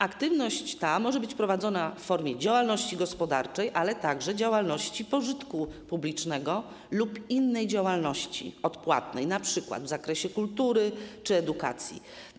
Aktywność ta może być realizowana w formie działalności gospodarczej, ale także działalności pożytku publicznego lub innej działalności odpłatnej, np. w zakresie kultury czy edukacji.